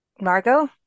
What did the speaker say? Margot